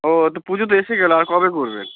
ও তো পুজো তো এসে গেলো আর কবে করবেন